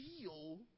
feel